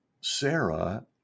Sarah